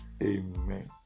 Amen